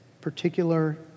particular